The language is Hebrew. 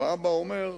אבל האבא אומר: